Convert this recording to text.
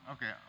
Okay